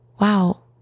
wow